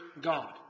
God